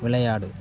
விளையாடு